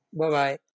Bye-bye